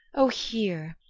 o hear,